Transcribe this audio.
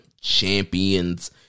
champions